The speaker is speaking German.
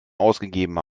ausgegeben